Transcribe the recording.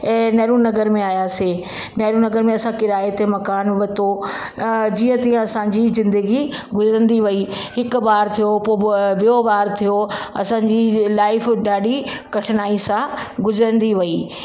ए नेहरु नगर में आहियासीं नेहरु नगर में असां किराए ते मकानु वरितो जीअं तीअं असांजी ज़िंदगी गुज़रंदी वई हिकु ॿारु थियो पोइ ॿियों ॿारु थियो असांजी लाइफ ॾाढी कठिनाई सां गुज़रंदी वई